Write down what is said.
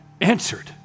answered